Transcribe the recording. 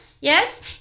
Yes